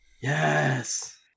Yes